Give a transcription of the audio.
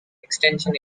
extension